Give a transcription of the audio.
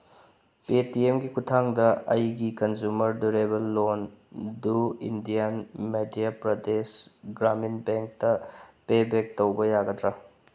ꯄꯦ ꯇꯤ ꯑꯦꯝꯒꯤ ꯈꯨꯠꯊꯥꯡꯗ ꯑꯩꯒꯤ ꯀꯟꯁꯨꯃꯔ ꯗꯨꯔꯦꯕꯜ ꯂꯣꯟ ꯗꯨ ꯏꯟꯗꯤꯌꯟ ꯃꯩꯗ꯭ꯌꯥ ꯄ꯭ꯔꯗꯦꯁ ꯒ꯭ꯔꯥꯃꯤꯟ ꯕꯦꯡꯛꯇ ꯄꯦꯕꯦꯛ ꯇꯧꯕ ꯌꯥꯒꯗ꯭ꯔꯥ